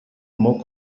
more